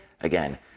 again